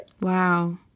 Wow